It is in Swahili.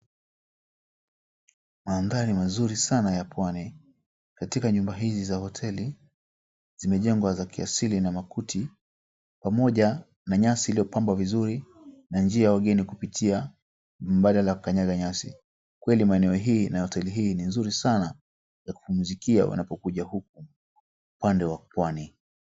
Maanthari mazuri sana ya pwani. Katika nyumba hizi za hoteli, zimejengwa za kiasili na makuti pamoja na nyasi zilizopambwa vizuri na njia ya wageni kupitia mbadala ya kukanyaga nyasi. Kweli eneo hili na hoteli hii ni nzuri sana ya kupumzikia unapokuja huku upande wa pwani.